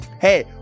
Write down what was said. Hey